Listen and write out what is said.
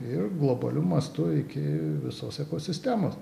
ir globaliu mastu iki visos ekosistemos